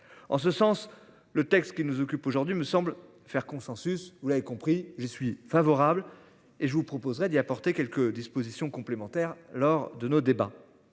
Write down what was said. En ce sens, le texte qui nous occupe aujourd'hui me semble faire consensus, vous l'avez compris, je suis favorable et je vous proposerai d'y apporter quelques dispositions complémentaires lors de nos débats.